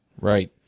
Right